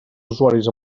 usuaris